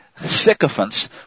sycophants